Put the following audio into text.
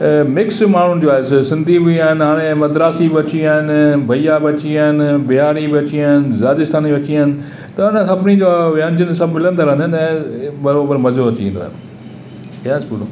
mix माण्हुनि जो आहे सिंधी बि आहिनि हाणे मद्रासी बि अची विया आहिनि भैया बि अची विया आहिनि बिहारी बि अची विया आहिनि राजस्थानी बि अची विया आहिनि त सभिनी जा व्यंजन सभु मिलंदा रहंदा आहिनि ऐं बराबरि मज़ो अची वेंदो आहे